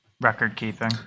Record-keeping